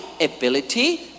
ability